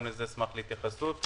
אשמח להתייחסות גם לזה.